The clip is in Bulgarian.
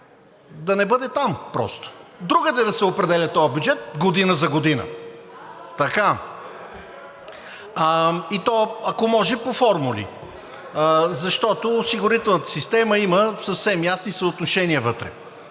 да не бъде там просто. Другаде да се определя този бюджет година за година, и то, ако може, по формули, защото осигурителната система има съвсем ясни съотношения вътре.